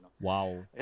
Wow